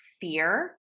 fear